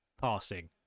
passing